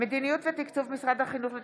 של